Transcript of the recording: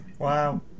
Wow